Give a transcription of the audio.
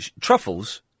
Truffles